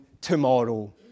tomorrow